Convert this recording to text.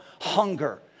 hunger